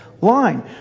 line